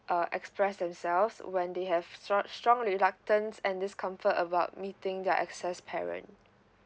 uh express themselves when they have strong reluctance and discomfort about meeting their excess parent